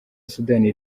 sudani